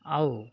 ଆଉ